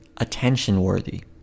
attention-worthy